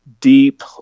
deep